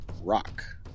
rock